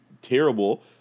terrible